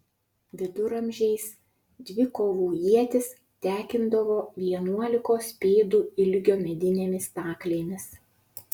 viduramžiais dvikovų ietis tekindavo vienuolikos pėdų ilgio medinėmis staklėmis